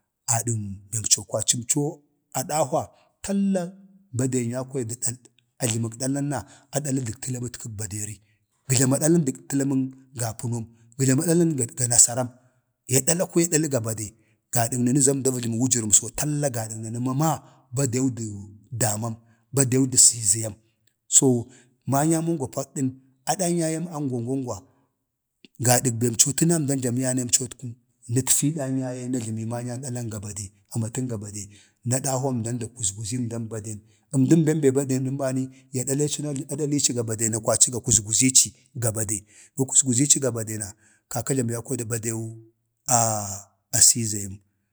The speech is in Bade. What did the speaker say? ﻿adən bemco kwaci əmco adahwa talla baden yau kwaya də dak, ajləmak dalan na da dali dək təlamətkak baderi, wujləma dalan dək təlamən ga apənon wu jləma tolamən ga nasaram, ya dala kwaya adali ga bade gadak nanaza əmda va jləmə wujərəmso talla gadan nanu mama badewda damam, badew də siizayam manyan ongwa paddən adan yaye anguwongwa gadak bemco təna əmdan jlamiya nəmcotku nəkfi dan yaye na yana jlami maanyan dalan ga bade amatən ga bade, na dahwa əmdan da kuzguzii əmdan baden, əmdən be badenəm bani ya daleeci na a daliici ga bade na kwaci ga kuzguzici ga bade, na kwaci ga kuzguzici ga bade, gə kuzguzici ga bade na kaka jlamə yau kwaya badew,